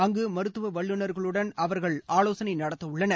அங்கு மருத்துவ வல்லுநர்களுடன் அவர்கள் ஆலோசனை நடத்தவுள்ளனர்